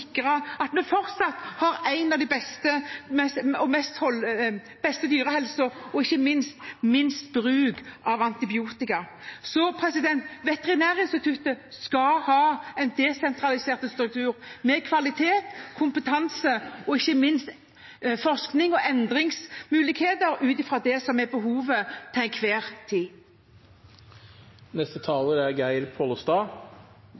sikre at vi fortsatt har en dyrehelse som er av de beste, og – ikke minst – med minst bruk av antibiotika. Veterinærinstituttet skal ha en desentralisert struktur med kvalitet, kompetanse og ikke minst forskning og endringsmuligheter ut fra det som er behovet til enhver tid.